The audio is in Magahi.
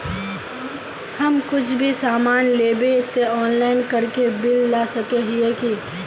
हम कुछ भी सामान लेबे ते ऑनलाइन करके बिल ला सके है की?